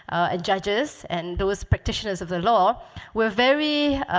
ah judges, and those practitioners of the law were very,